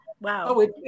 Wow